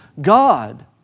God